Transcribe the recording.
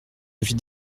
avis